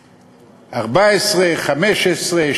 14, 15,